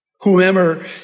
Whomever